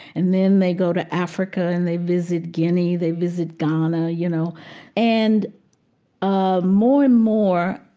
and then they go to africa and they visit guinea, they visit ghana. you know and ah more and more,